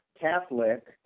Catholic